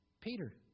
Peter